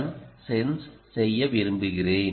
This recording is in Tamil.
நான் சென்ஸ் செய்ய விரும்புகிறேன்